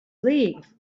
leave